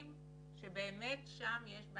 3. חשוב לזכור שההתפתחות בגילאים האלה היא מאוד